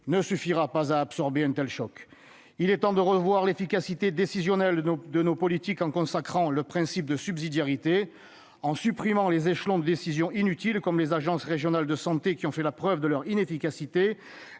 ne suffira pas à absorber un tel choc. Il est temps de revoir l'efficacité décisionnelle de nos politiques en consacrant le principe de subsidiarité, en supprimant les échelons de décision inutiles, comme les agences régionales de santé (ARS), qui ont fait preuve de leur inefficacité,